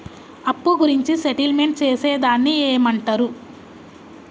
అప్పు గురించి సెటిల్మెంట్ చేసేదాన్ని ఏమంటరు?